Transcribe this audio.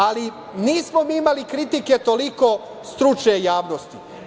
Ali, nismo mi imali kritike toliko stručne javnosti.